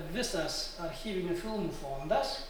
visas archyvinių filmų fondas